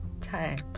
time